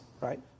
right